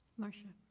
marsha?